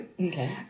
Okay